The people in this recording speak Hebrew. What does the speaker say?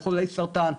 לחולי סרטן.